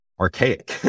archaic